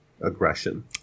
aggression